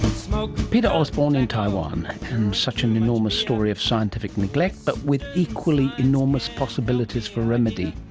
so peter osborne in taiwan, and such an enormous story of scientific neglect, but with equally enormous possibilities for remedy.